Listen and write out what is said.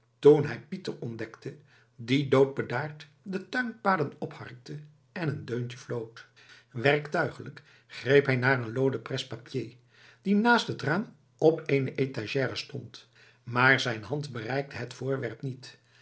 toen hij pieter ontdekte die doodbedaard de tuinpaden opharkte en een deuntje floot werktuigelijk greep hij naar een looden presse-papier die naast het raam op eene étagère stond maar zijn hand bereikte het voorwerp niet